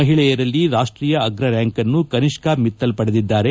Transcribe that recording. ಮಹಿಳೆಯರಲ್ಲಿ ರಾಷ್ಟೀಯ ಅಗ್ರ ರ್ಯಾಂಕ್ ಅನ್ನು ಕನಿಷ್ಕಾ ಮಿತ್ತಲ್ ಪಡೆದಿದ್ದಾರೆ